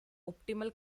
optimal